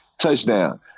touchdown